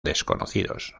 desconocidos